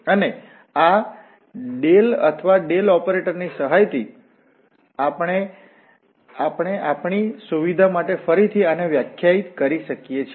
અને આ અથવા ડેલ ઓપરેટરની સહાયથી અમે આપણી સુવિધા માટે ફરીથી આને વ્યાખ્યાયિત કરી શકીએ છીએ